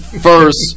First